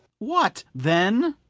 what then?